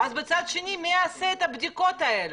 ואז מצד שני מי יעשה את הבדיקות האלה?